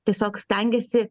tiesiog stengiasi